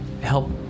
help